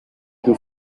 più